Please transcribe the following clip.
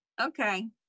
Okay